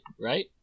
right